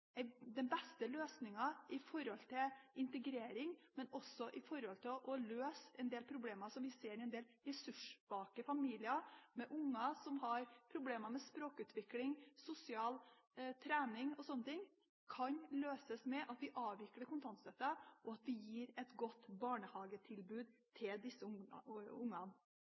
at den beste løsningen når det gjelder integrering, men også med tanke på å løse problemer som vi ser i en del ressurssvake familier – barn som har problemer med språkutvikling, sosial trening og sånne ting – er at vi avvikler kontantstøtten og gir disse barna et godt barnehagetilbud.